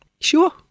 Sure